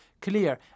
clear